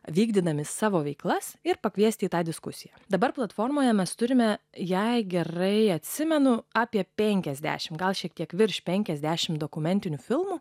vykdydami savo veiklas ir pakviesti į tą diskusiją dabar platformoje mes turime jei gerai atsimenu apie penkiasdešimt gal šiek tiek virš penkiadešimt dokumentinių filmų